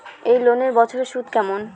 এই লোনের বছরে সুদ কেমন?